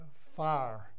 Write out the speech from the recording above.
fire